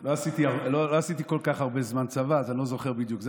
לא עשיתי כל כך הרבה זמן צבא אז אני לא זוכר בדיוק.